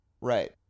Right